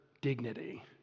dignity